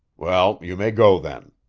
well, you may go then.